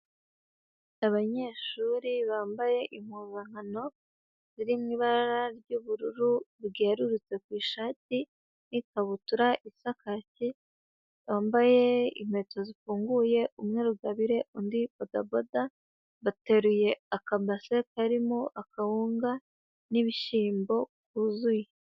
Abanyeshuri bambaye impozankano ziri mu ibara ry'ubururu bwerurutse ku ishati n'ikabutura isa kaki, bambaye inkweto zifunguye umwe rugabire undi bodadoda, bateruye akabase karimo akawunga n'ibishyimbo byuzuye.